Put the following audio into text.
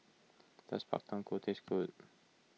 does Pak Thong Ko taste good